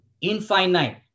infinite